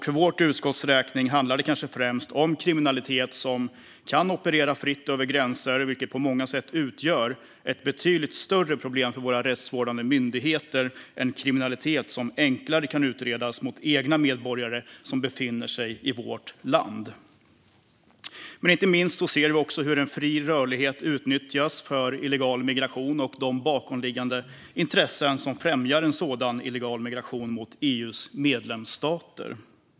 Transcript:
För vårt utskotts räkning handlar det kanske främst om en kriminalitet som kan operera fritt över gränser, vilket på många sätt utgör ett betydligt större problem för våra rättsvårdande myndigheter än kriminalitet som enklare kan utredas mot egna medborgare som befinner sig i vårt land. Inte minst ser vi också hur en fri rörlighet utnyttjas för illegal migration och de bakomliggande intressen som främjar en sådan mot EU:s medlemsstater.